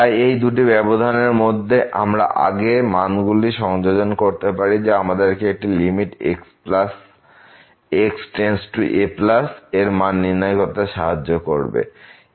তাই এই দুটি ব্যবধান এর মধ্যে আমরা আগে মান গুলি সংযোজন করতে পারি যা আমাদেরকে একটি লিমিট x→a এর মান নির্ণয় করতে সাহায্য করবে